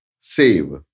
save